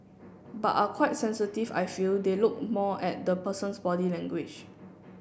but are quite sensitive I feel they look more at the person's body language